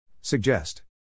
Suggest